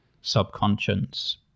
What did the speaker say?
subconscious